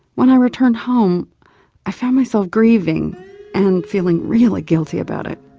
when i returned home i found myself grieving and feeling really guilty about it.